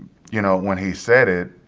you know, when he said it,